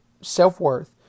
self-worth